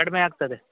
ಕಡಿಮೆ ಆಗ್ತದೆ